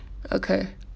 okay